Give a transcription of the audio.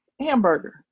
hamburger